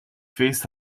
feest